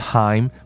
time